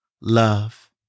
love